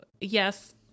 yes